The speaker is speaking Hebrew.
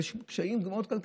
יש קשיים כלכליים.